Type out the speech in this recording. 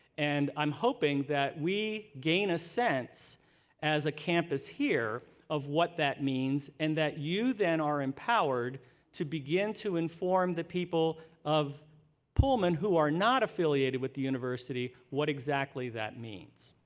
and i'm hoping that we gain a sense as a campus here of what that means and that you, then, are empowered to begin to inform the people of pullman who are not affiliated with the university what exactly that means.